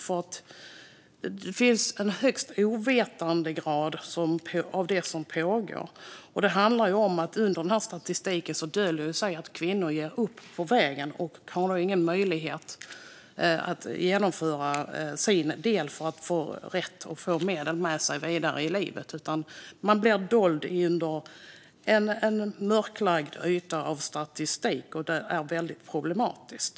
Det finns en hög grad av ovetande när det gäller det som pågår. Under denna statistik döljer det sig kvinnor som ger upp på vägen. De har ingen möjlighet att genomföra sin del för att få rätt och för att få medel med sig vidare i livet. De är dolda under en mörklagd yta av statistik, och det är väldigt problematiskt.